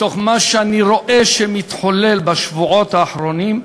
מתוך מה שאני רואה שמתחולל בשבועות האחרונים.